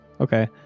Okay